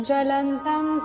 Jalantam